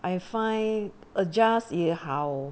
I find adjust 也好